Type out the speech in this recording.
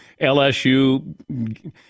LSU